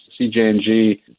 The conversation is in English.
CJNG